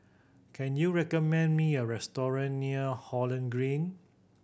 can you recommend me a restaurant near Holland Green